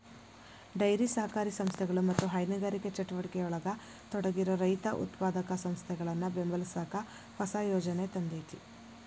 dairy ಸಹಕಾರಿ ಸಂಸ್ಥೆಗಳು ಮತ್ತ ಹೈನುಗಾರಿಕೆ ಚಟುವಟಿಕೆಯೊಳಗ ತೊಡಗಿರೋ ರೈತ ಉತ್ಪಾದಕ ಸಂಸ್ಥೆಗಳನ್ನ ಬೆಂಬಲಸಾಕ ಹೊಸ ಯೋಜನೆ ತಂದೇತಿ